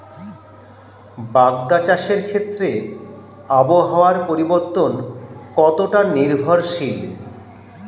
বাগদা চাষের ক্ষেত্রে আবহাওয়ার পরিবর্তন কতটা নির্ভরশীল?